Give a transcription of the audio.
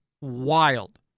wild